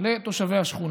לתושבי השכונה.